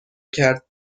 کرد